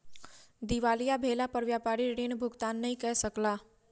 दिवालिया भेला पर व्यापारी ऋण भुगतान नै कय सकला